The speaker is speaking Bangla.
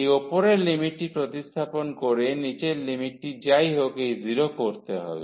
এই উপরের লিমিটটি প্রতিস্থাপন করে নিচের লিমিটটি যাইহোক এই 0 করতে হবে